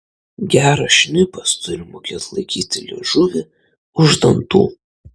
geras šnipas turi mokėt laikyti liežuvį už dantų